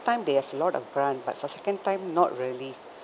time they have a lot of grant but for second time not really